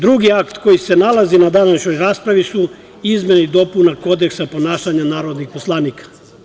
Drugi akt koji se nalazi na današnjoj raspravi su izmene i dopune Kodeksa ponašanja narodnih poslanika.